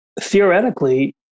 theoretically